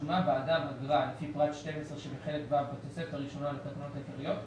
ששולמה בעדם אגרה לפי פרט 12 שבחלק ו' בתוספת הראשונה לתקנות העיקריות,